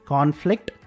Conflict